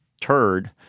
turd